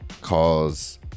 calls